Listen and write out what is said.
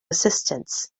assistants